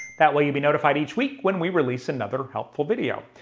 that way you'll be notified each week when we release another helpful video.